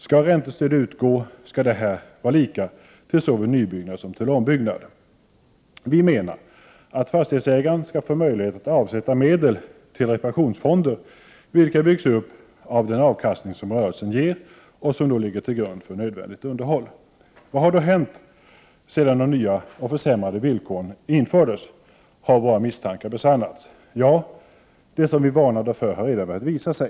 Skall räntestöd utgå skall detta vara lika till såväl nybyggnad som ombyggnad. Vi menar att fastighetsägaren skall få möjlighet att avsätta medel till som ligger till grund för nödvändigt underhåll. Vad har då hänt sedan de nya 8 maj 1989 och försämrade villkoren infördes? Har våra misstankar besannats? Ja, det som vi varnade för har redan börjat visa sig.